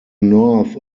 north